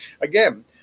Again